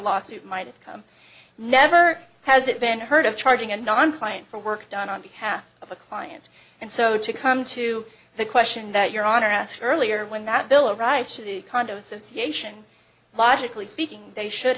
lawsuit might come never has it been heard of charging a non client for work done on behalf of a client and so to come to the question that your honor asked earlier when that bill of rights to the condo association logically speaking they should